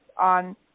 on